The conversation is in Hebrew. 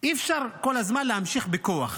אי-אפשר כל הזמן להמשיך בכוח.